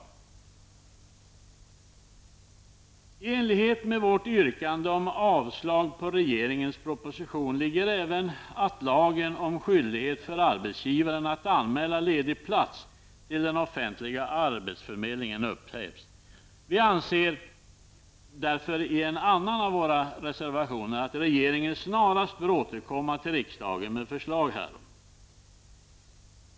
I enlighet med vårt yrkande om avslag på regeringens proposition ligger även att lagen om skyldighet för arbetsgivaren att anmäla ledig plats till den offentliga arbetsförmedlingen upphävs. Vi anser därför i en annan av våra reservationer att regeringen snarast bör återkomma till riksdagen med förslag härom.